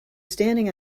standing